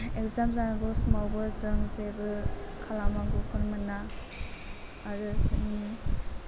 exam जानांगौ समावबो जों जेबो खालाम नांगौखौनो मोना आरो जोंनि